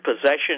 possession